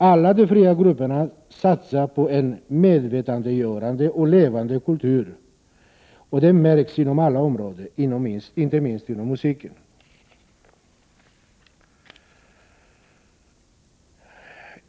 Alla de fria grupperna satsar på medvetandegörande och levande kultur, och det märks inom alla områden, inte minst inom musiken.